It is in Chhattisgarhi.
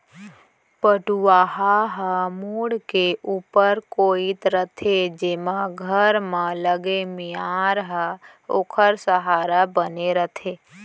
पटउहां ह मुंड़ के ऊपर कोइत रथे जेमा घर म लगे मियार ह ओखर सहारा बने रथे